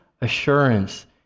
assurance